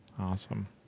awesome